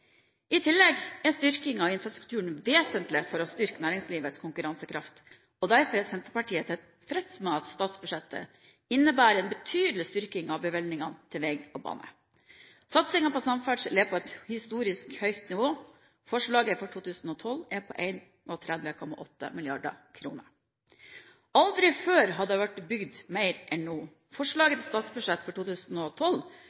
I tillegg er styrking av infrastrukturen vesentlig for å styrke næringslivets konkurransekraft, og derfor er Senterpartiet tilfreds med at statsbudsjettet innebærer en betydelig styrking av bevilgningene til vei og bane. Satsingen på samferdsel er på et historisk høyt nivå, forslaget for 2012 er på 31,8 mrd. kr. Aldri før har det vært bygd mer enn nå.